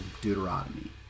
deuteronomy